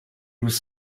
was